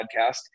podcast